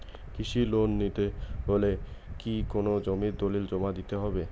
কৃষি লোন নিতে হলে কি কোনো জমির দলিল জমা দিতে হবে?